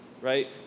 right